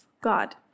God